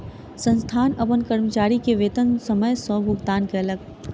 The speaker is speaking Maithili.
संस्थान अपन कर्मचारी के वेतन समय सॅ भुगतान कयलक